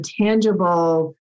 tangible